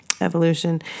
Evolution